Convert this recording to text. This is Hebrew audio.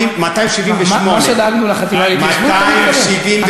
278. מה שדאגנו לחטיבה להתיישבות אתה מתכוון?